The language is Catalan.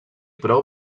prou